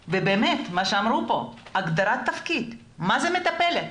באמת, מה שאמרו כאן, הגדרת תפקיד, מה זאת מטפלת.